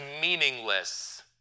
meaningless